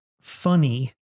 Funny